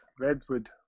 redwood